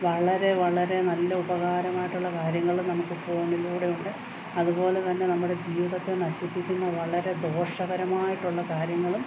വളരെ വളരെ നല്ല ഉപകാരമായിട്ടുള്ള കാര്യങ്ങൾ നമുക്ക് ഫോണിലൂടെ ഉണ്ട് അതുപോലെ തന്നെ നമ്മുടെ ജീവിതത്തെ നശിപ്പിക്കുന്ന വളരെ ദോഷകരമായിട്ടുള്ള കാര്യങ്ങളും